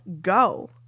go